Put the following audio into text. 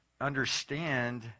understand